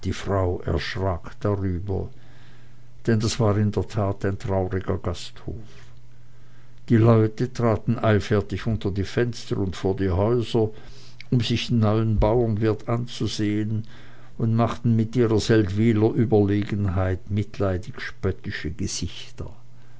frau erschrak darüber denn das war in der tat ein trauriger gasthof die leute traten eilfertig unter die fenster und vor die häuser um sich den neuen bauernwirt anzusehen und machten mit ihrer seldwyler überlegenheit mit leidig spöttische gesichter